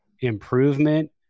improvement